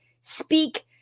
speak